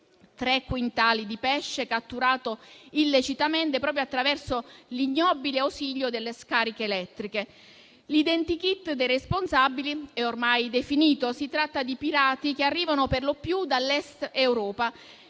tre quintali di pesce catturato illecitamente proprio attraverso l'ignobile ausilio delle scariche elettriche. L'identikit dei responsabili è ormai definito: si tratta di pirati che arrivano per lo più dall'Est Europa.